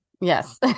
Yes